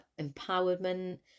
empowerment